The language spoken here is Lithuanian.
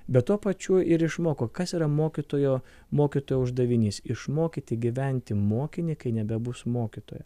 bet tuo pačiu ir išmoko kas yra mokytojo mokytojo uždavinys išmokyti gyventi mokinį kai nebebus mokytojo